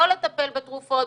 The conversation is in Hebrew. לא לטפל בתרופות,